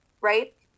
right